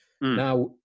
Now